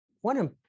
One